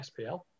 SPL